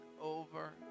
over